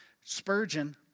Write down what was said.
Spurgeon